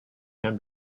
can